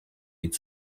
ihnen